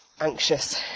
anxious